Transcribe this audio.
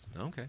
Okay